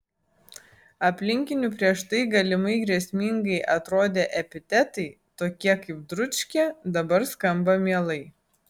aplinkinių prieš tai galimai grėsmingai atrodę epitetai tokie kaip dručkė dabar skamba mielai